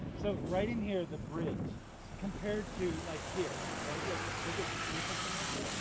so right in here the bridge compared to like here right? look, look at, can i touch your nose bro?